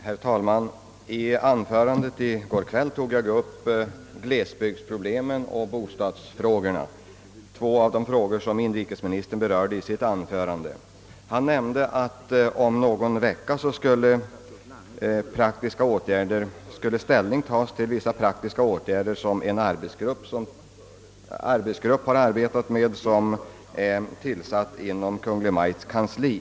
Herr talman! I mitt anförande i går kväll tog jag upp glesbygdsproblemen och bostadsfrågorna, två av de frågor som inrikesministern nyss berört. Han nämnde att om en vecka skulle ställning tagas till vissa praktiska åtgärder som varit föremål för behandling av en arbetsgrupp inom Kungl. Maj:ts kansli, som sysslar med glesbygdsfrågor.